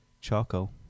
charcoal